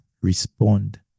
respond